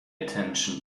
attention